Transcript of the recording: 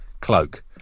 cloak